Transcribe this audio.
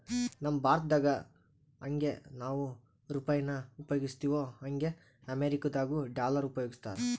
ನಮ್ ಭಾರತ್ದಾಗ ಯಂಗೆ ನಾವು ರೂಪಾಯಿನ ಉಪಯೋಗಿಸ್ತಿವೋ ಹಂಗೆ ಅಮೇರಿಕುದಾಗ ಡಾಲರ್ ಉಪಯೋಗಿಸ್ತಾರ